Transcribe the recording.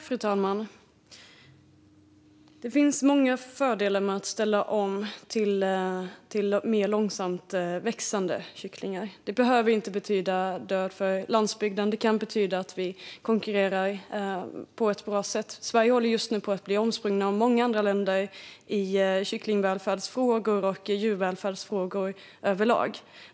Fru talman! Det finns många fördelar med att ställa om till mer långsamväxande kycklingar. Det behöver inte betyda landsbygdens död. Det kan betyda att vi konkurrerar på ett bra sätt. Sverige håller på att bli omsprungna av många andra länder i kycklingvälfärdsfrågor och djurvälfärdsfrågor överlag.